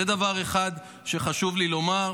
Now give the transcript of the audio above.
זה דבר אחד שחשוב לי לומר,